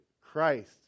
Christ